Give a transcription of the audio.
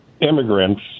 immigrants